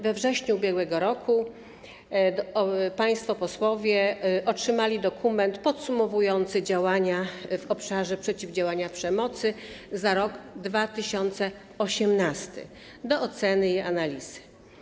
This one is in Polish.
We wrześniu ubiegłego roku państwo posłowie otrzymali dokument podsumowujący działania związane z obszarem przeciwdziałania przemocy w roku 2018 do oceny i analizy.